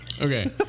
okay